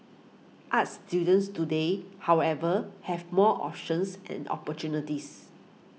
arts students today however have more options and opportunities